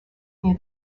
near